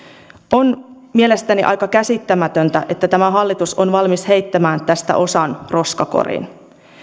on mielestäni aika käsittämätöntä että tämä hallitus on valmis heittämään tästä osan roskakoriin